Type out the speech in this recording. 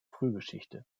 frühgeschichte